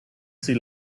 see